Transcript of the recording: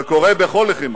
זה קורה בכל לחימה.